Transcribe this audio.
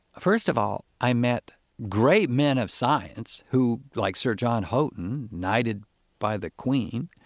first of all, i met great men of science who, like sir john houghton, knighted by the queen,